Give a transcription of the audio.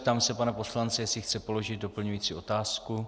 Ptám se pana poslance, jestli chce položit doplňující otázku.